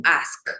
ask